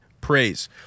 praise